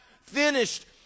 finished